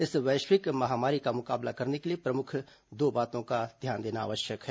इस वैश्विक महामारी का मुकाबला करने के लिए दो प्रमुख बातों पर ध्यान देना आवश्यक है